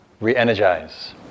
Re-energize